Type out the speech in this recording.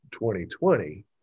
2020